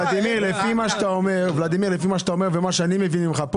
לפי מה שאתה אומר ומה שאני מבין ממך,